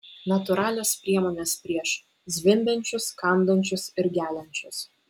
natūralios priemonės prieš zvimbiančius kandančius ir geliančius